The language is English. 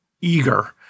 eager